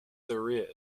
there